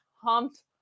humped